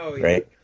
right